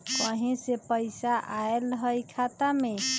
कहीं से पैसा आएल हैं खाता में?